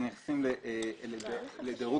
לימור,